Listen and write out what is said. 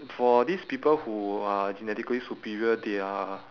for these people who are genetically superior they are